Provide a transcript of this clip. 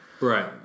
Right